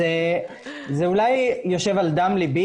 אז זה אולי יושב על דם ליבי,